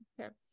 okay